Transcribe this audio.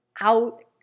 out